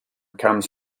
comes